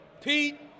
Pete